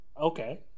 Okay